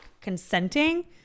consenting